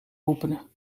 openen